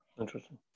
Interesting